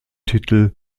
titel